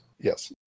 Yes